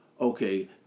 okay